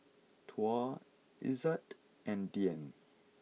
Tuah Izzat and Dian